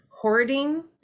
hoarding